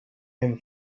hem